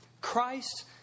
Christ